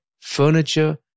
furniture